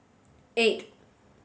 eight